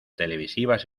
televisivas